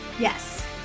Yes